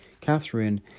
Catherine